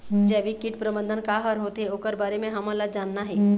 जैविक कीट प्रबंधन का हर होथे ओकर बारे मे हमन ला जानना हे?